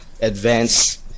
advanced